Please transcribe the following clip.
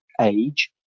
age